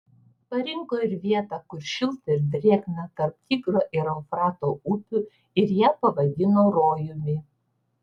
parinko ir vietą kur šilta ir drėgna tarp tigro ir eufrato upių ir ją pavadino rojumi